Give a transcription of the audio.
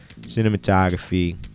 Cinematography